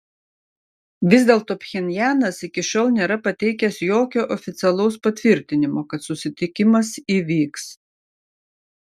vis dėlto pchenjanas iki šiol nėra pateikęs jokio oficialaus patvirtinimo kad susitikimas įvyks